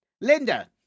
Linda